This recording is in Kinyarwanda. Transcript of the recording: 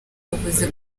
yavuze